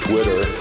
Twitter